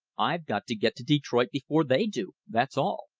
i got to get to detroit before they do that's all.